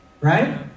Right